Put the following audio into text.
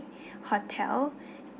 hotel